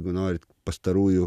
jeigu norit pastarųjų